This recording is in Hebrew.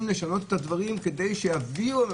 לשנות את הדברים כדי שיביאו שינויים,